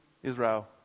Israel